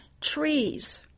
trees